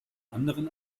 anderen